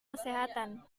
kesehatan